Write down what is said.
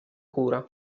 cura